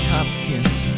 Hopkins